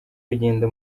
rugenda